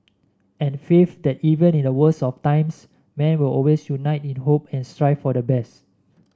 and faith that even in the worst of times man will always unite in hope and strive for the best